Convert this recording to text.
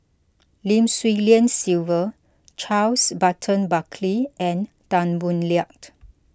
Lim Swee Lian Sylvia Charles Burton Buckley and Tan Boo Liat